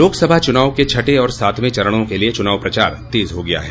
लोकसभा चुनाव के छठे और सातवें चरणों के लिए चुनाव प्रचार तेज हो गया है